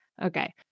Okay